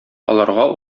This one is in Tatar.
аларга